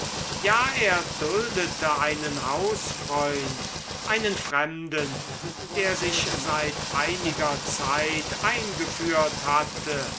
ja er duldete einen hausfreund einen fremden der sich seit einiger zeit eingeführt hatte